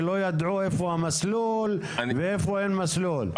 כאלה שלא ידעו איפה המסלול ואיפה אין מסלול,